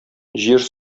җир